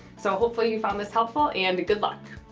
so hopefully you found this helpful and good luck!